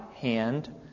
Hand